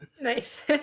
Nice